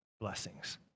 blessings